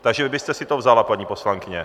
Takže vy byste si to vzala, paní poslankyně?